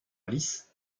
alice